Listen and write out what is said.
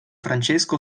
francesco